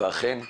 ואכן,